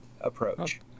approach